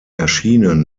erschienen